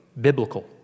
biblical